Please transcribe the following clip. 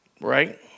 Right